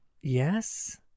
Yes